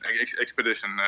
expedition